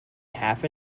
half